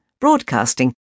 broadcasting